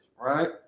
right